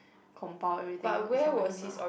compile everything is not by him ah